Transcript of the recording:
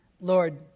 Lord